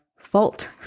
fault